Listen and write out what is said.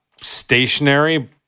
stationary